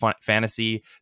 fantasy